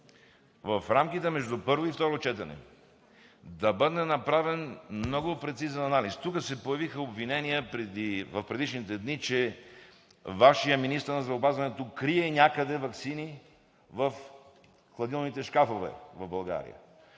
в рамките между първо и второ четене да бъде направен много прецизен анализ. Тук се появиха обвинения в предишните дни, че Вашият министър на здравеопазването крие някъде ваксини в хладилните шкафове в България,